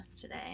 today